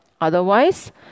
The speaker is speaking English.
Otherwise